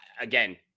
Again